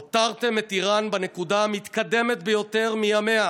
הותרתם את איראן בנקודה המתקדמת ביותר מימיה